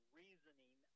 reasoning